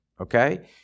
okay